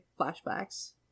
flashbacks